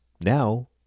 now